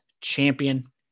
champion